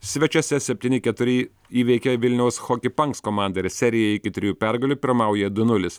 svečiuose septyni keturi įveikė vilniaus hockey punks komandą ir serijoje iki trijų pergalių pirmauja du nulis